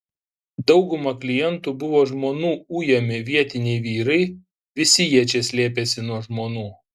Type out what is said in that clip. dauguma klientų buvo žmonų ujami vietiniai vyrai visi jie čia slėpėsi nuo žmonų